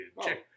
Check